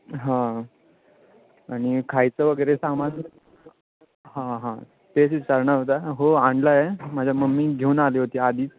हां आणि खायचं वगैरे सामान हां हां तेच विचारणार होता हो आणला आहे माझ्या मम्मी घेऊन आली होती आधीच